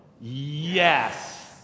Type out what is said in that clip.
Yes